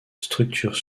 structures